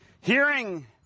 Hearing